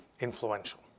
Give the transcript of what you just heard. influential